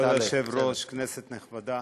כבוד היושב-ראש, כנסת נכבדה,